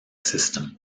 system